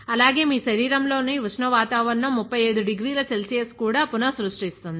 అలాగే మీ శరీరంలోని ఉష్ణ వాతావరణం 37 డిగ్రీల సెల్సియస్ కూడా పునః సృష్టిస్తుంది